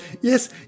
yes